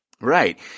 Right